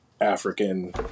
African